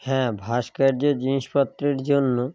হ্যাঁ ভাস্কর্যের জিনিসপত্রের জন্য